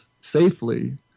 safely